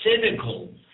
cynical